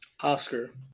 Oscar